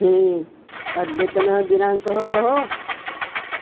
हे अद्यतनः दिनाङ्कः कः